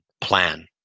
plan